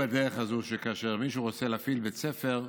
בדרך הזו שכאשר מישהו רוצה להפעיל בית ספר,